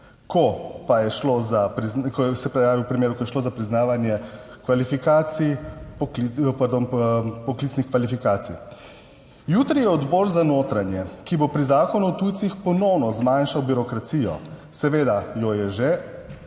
- 13.40 (nadaljevanje) poklicnih kvalifikacij. Jutri je Odbor za notranje, ki bo pri Zakonu o tujcih ponovno zmanjšal birokracijo, seveda jo je že,